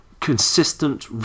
consistent